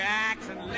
Jackson